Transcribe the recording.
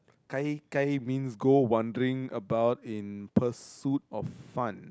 gai-gai means go wondering about in pursuit of fun